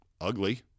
ugly